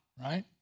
right